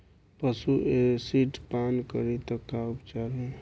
पशु एसिड पान करी त का उपचार होई?